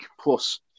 Plus